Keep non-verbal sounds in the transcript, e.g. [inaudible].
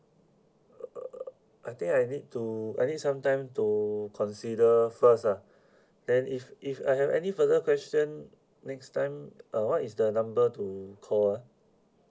uh I think I need to I need some time to consider first ah [breath] then if if I have any further question next time uh what is the number to call ah